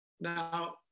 Now